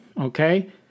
Okay